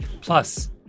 Plus